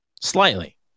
Slightly